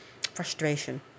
frustration